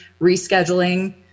rescheduling